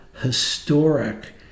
historic